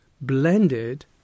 blended